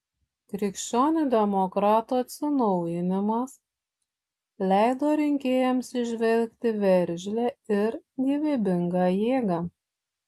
krikščionių demokratų atsinaujinimas leido rinkėjams įžvelgti veržlią ir gyvybingą jėgą